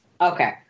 Okay